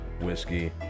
whiskey